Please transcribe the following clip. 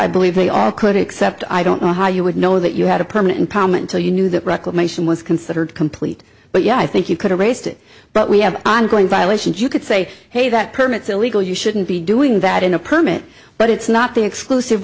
i believe they all could except i don't know how you would know that you had a permit in palm until you knew that reclamation was considered complete but yeah i think you could have raised it but we have ongoing violations you could say hey that permits illegal you shouldn't be doing that in a permit but it's not the exclusive